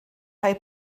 rhoi